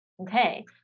Okay